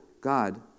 God